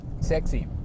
sexy